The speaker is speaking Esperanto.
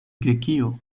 grekio